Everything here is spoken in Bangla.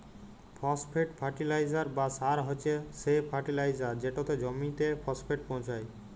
ফসফেট ফার্টিলাইজার বা সার হছে সে ফার্টিলাইজার যেটতে জমিতে ফসফেট পোঁছায়